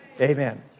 Amen